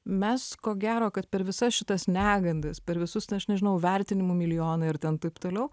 mes ko gero kad per visas šitas negandas per visus tai aš nežinau vertinimų milijonai ir taip toliau